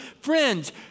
Friends